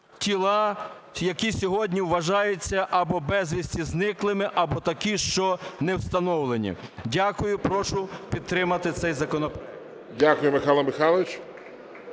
тіла, які сьогодні вважаються або безвісти зниклими, або такі, що не встановлені. Дякую. Прошу підтримати цей законопроект. ГОЛОВУЮЧИЙ. Дякую, Михайло Михайлович.